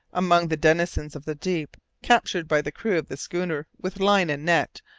among the denizens of the deep, captured by the crew of the schooner with line and net,